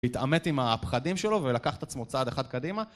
להתעמת עם הפחדים שלו ולקח את עצמו צעד אחד קדימה